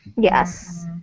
Yes